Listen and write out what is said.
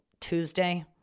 Tuesday